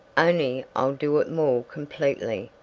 only i'll do it more completely.